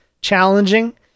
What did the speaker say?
challenging